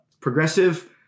Progressive